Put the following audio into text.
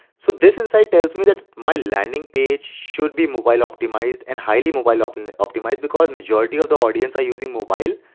so this insight tells me that my landing page should be mobile optimized and highly mobile ah but and optimized, because majority of the audience are using mobile.